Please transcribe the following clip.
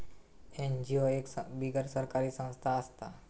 NGO एक बिगर सरकारी संस्था असता